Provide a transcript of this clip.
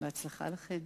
בהצלחה לכן.